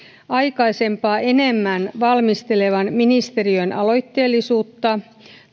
aikaisempaa enemmän valmistelevan ministeriön aloitteellisuutta